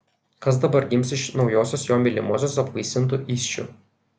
kas dabar gims iš naujosios jo mylimosios apvaisintų įsčių